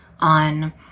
on